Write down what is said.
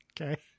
Okay